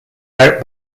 out